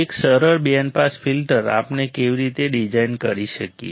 એક સરળ band pass filter આપણે કેવી રીતે ડિઝાઇન કરી શકીએ